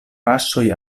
paŝoj